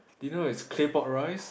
dinner is claypot rice